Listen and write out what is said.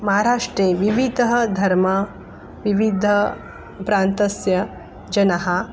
महाराष्ट्रे विविधः धर्म विविधप्रान्तस्य जनः